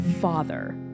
father